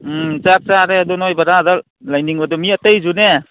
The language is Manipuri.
ꯎꯝ ꯆꯥꯛ ꯆꯥꯔꯦ ꯑꯗꯣ ꯅꯣꯏ ꯚꯔꯥꯗ ꯂꯩꯅꯤꯡꯕꯗꯨ ꯃꯤ ꯑꯇꯩꯁꯨꯅꯦ